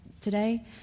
today